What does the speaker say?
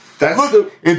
Look